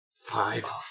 Five